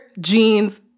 jeans